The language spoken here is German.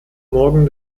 morgen